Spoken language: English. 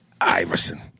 Iverson